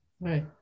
right